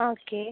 ആ ഓക്കെ